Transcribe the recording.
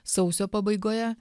sausio pabaigoje